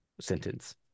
sentence